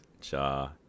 Cha